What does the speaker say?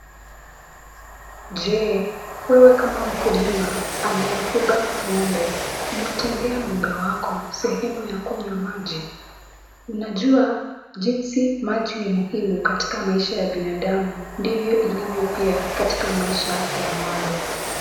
Je, wewe kama mkulima anayefuga ng'ombe umetengea ng'ombe wako sehemu ya kunywa maji? Unajua jinsi maji ni muhimu katika maisha ya binadamu ndivyo ilivyo pia katika maisha ya ng'ombe.